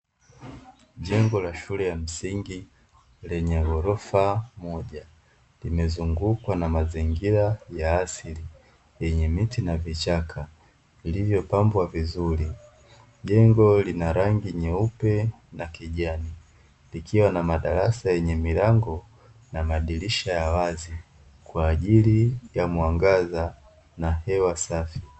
Jengo la shule ya msingi lenye ghorofa moja, limezungukwa na mazingira ya asili yenye miti na vichaka viliyopangwa vizuri. Jengo lina rangi nyeupe na kijani likiwa lina madarasa yenye milango na madirisha ya wazi kwa ajili ya mwangaza na hewa safi.